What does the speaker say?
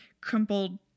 crumpled